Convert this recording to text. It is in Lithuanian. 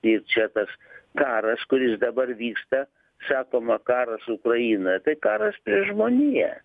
ir čia tas karas kuris dabar vyksta sakoma karas ukrainoje tai karas prieš žmoniją